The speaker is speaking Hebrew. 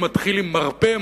מתחיל עם מרפא,